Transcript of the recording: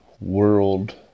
world